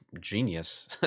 genius